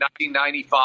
1995